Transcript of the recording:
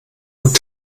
und